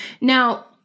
Now